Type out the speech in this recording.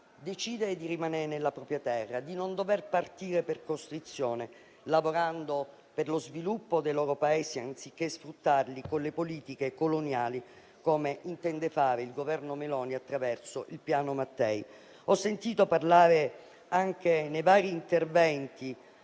decidere di rimanere nella propria terra, di non dover partire per costrizione, lavorando per lo sviluppo dei loro Paesi, anziché sfruttarli con le politiche coloniali. Questo intende fare il Governo Meloni attraverso il Piano Mattei. In vari interventi